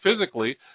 physically